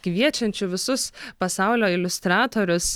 kviečiančiu visus pasaulio iliustratorius